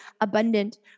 abundant